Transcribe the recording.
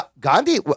Gandhi